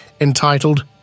entitled